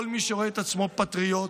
לכל מי שרואה את עצמו פטריוט,